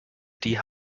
die